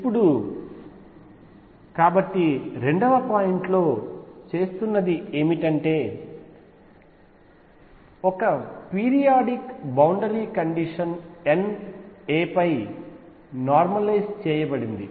ఇప్పుడు కాబట్టి 2 వ పాయింట్ లో చేస్తున్నది ఏమిటంటే ఒక periodic boundary condition N a తో నార్మలైజ్ చేయబడింది